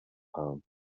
home